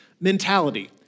mentality